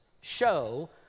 show